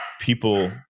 people